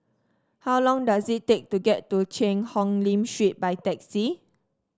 how long does it take to get to Cheang Hong Lim Street by taxi